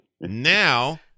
Now